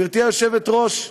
גברתי היושבת-ראש,